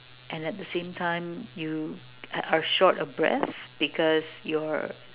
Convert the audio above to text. and at the same time you are short of breath because your